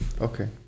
Okay